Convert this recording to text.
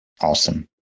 Awesome